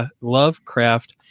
Lovecraft